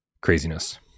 craziness